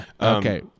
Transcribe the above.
Okay